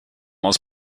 aus